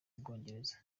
bwongereza